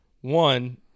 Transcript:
One